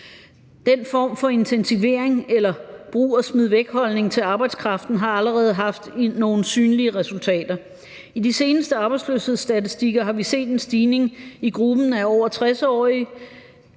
Den form for intensivering af eller brug og smid væk-holdning til arbejdskraften har allerede haft nogle synlige resultater. I de seneste arbejdsløshedsstatistikker har vi set en stigning i gruppen af over 60-årige.